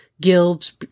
Guilds